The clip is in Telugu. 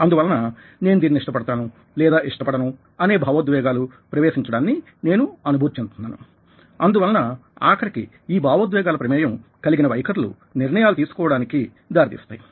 అందువలన నేను దీనిని ఇష్టపడతాను లేదా ఇష్టపడను అనే భావోద్వేగాలు ప్రవేశించడాన్ని నేను అనుభూతి చెందుతున్నానుఅందువలన ఆఖరికి ఈ భావోద్వేగాల ప్రమేయం కలిగిన వైఖరులు నిర్ణయాలని తీసుకోవడానికి దారి తీస్తాయి